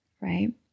right